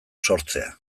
sortzea